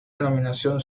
denominación